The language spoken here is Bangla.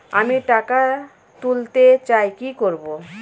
আমি টাকা তুলতে চাই কি করব?